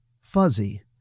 fuzzy